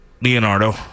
Leonardo